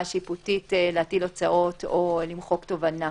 השיפוטית להטיל הוצאות או למחוק תובענה?